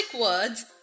words